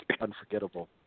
Unforgettable